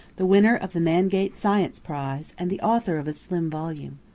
the winner of the mangate science prize and the author of a slim volume.